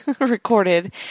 recorded